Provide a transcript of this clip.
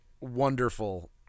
wonderful